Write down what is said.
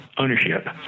ownership